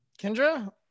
Kendra